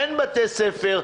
אין בתי ספר.